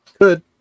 Good